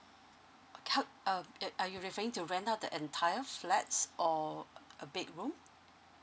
o~ how uh are you referring to rent out the entire flat or a big room